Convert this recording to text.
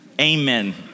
Amen